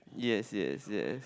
yes yes yes